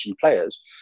players